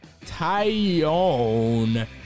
Tyone